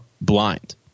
blind